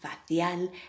facial